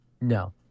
No